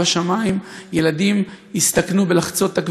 בשמים ילדים יסתכנו בחציית הכבישים,